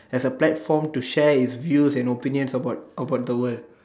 as a platform to share his views and opinions about about the world